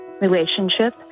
relationship